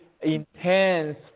intense